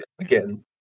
Again